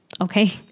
okay